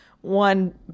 one